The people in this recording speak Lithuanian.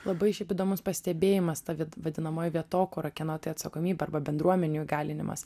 labai šiaip įdomus pastebėjimas ta vadinamoji vietokūra kieno tai atsakomybė arba bendruomenių įgalinimas